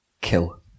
kill